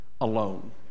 alone